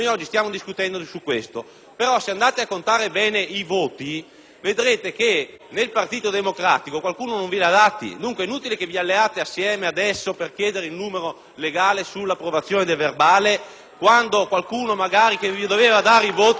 Però, se andate a contare bene i voti, vedrete che nel Partito Democratico qualcuno non ve li ha dati. Dunque è inutile che vi alleiate adesso per chiedere la verifica del numero legale sull'approvazione del processo verbale quando qualcuno che vi doveva dare i voti ieri non ve li ha dati.